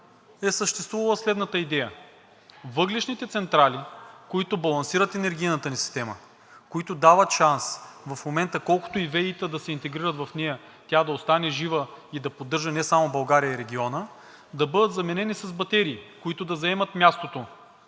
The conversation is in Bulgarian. е съществувала следната идея: въглищните централи, които балансират енергийната ни система, които дават шанс в момента колкото и ВЕИ да се интегрират в нея, тя да остане жива и да поддържа не само България, а и региона, да бъдат заменени с батерии, които да заемат мястото